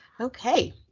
Okay